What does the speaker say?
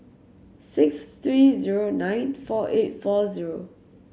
six three zero nine four eight four zero